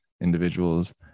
individuals